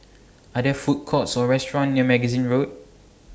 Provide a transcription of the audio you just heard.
Are There Food Courts Or restaurants near Magazine Road